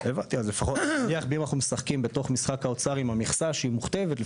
אז גם אם אנחנו משחקים עם המכסה שמוכתבת על ידי האוצר,